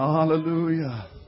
Hallelujah